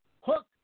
hook